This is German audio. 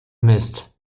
mist